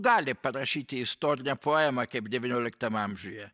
gali parašyti istorinę poemą kaip devynioliktam amžiuje